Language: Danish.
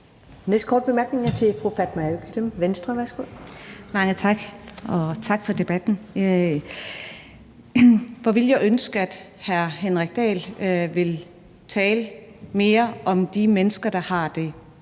Venstre. Værsgo. Kl. 19:53 Fatma Øktem (V): Mange tak, og tak for debatten. Hvor ville jeg ønske, at hr. Henrik Dahl ville tale mere om de mennesker, der har det